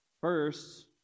First